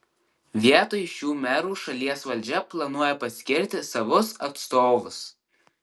vietoj šių merų šalies valdžia planuoja paskirti savus atstovus